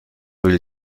will